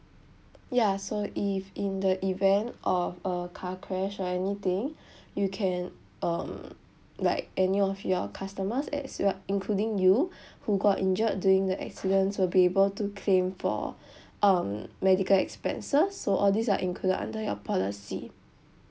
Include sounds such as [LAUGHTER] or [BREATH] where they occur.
ya so if in the event of a car crash or anything [BREATH] you can um like any of your customers as well including you [BREATH] who got injured during the accident will be able to claim for [BREATH] um medical expenses so all these are included under your policy